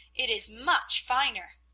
it is much finer.